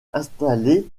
installées